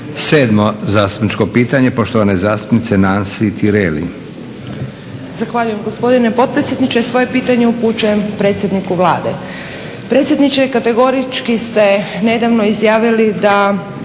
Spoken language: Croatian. Sedmo zastupničko pitanje, poštovane zastupnice Nansi Tireli.